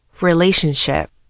relationship